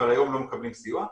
אבל היום הם לא מקבלים סיוע.